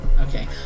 Okay